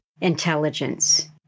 intelligence